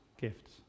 gifts